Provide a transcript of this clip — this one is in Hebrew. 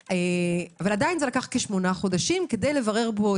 אבל עדיין זה לקח כשמונה חודשים כדי לברר את